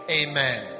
amen